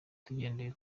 tugendeye